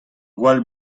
gwall